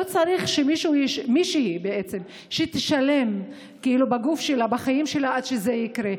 לא צריך שמישהי תשלם בחיים ובגוף שלה עד שזה יקרה.